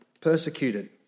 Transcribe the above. persecuted